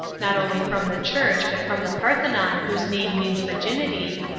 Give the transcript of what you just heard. not only from the church, but from the parthenon whose name means virginity,